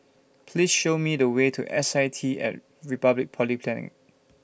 Please Show Me The Way to S I T and Republic Polytechnic